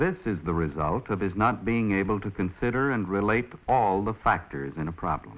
this is the result of his not being able to consider and relate all the factors in a pro